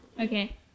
Okay